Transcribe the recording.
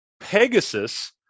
Pegasus